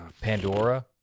pandora